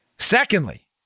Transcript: Secondly